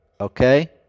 Okay